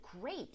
great